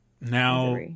Now